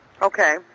Okay